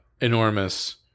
enormous